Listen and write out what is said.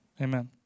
amen